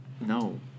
No